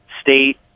state